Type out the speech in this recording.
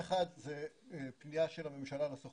1. צריכה להיות פנייה של הממשלה לסוכנות